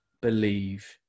believe